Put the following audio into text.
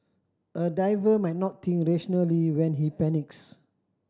a diver might not think rationally when he panics